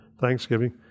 thanksgiving